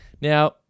Now